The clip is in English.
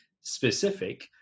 specific